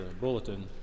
bulletin